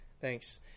Thanks